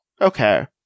Okay